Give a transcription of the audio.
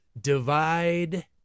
Divide